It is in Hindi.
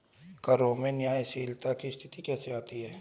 करों में न्यायशीलता की स्थिति कैसे आती है?